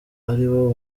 aribo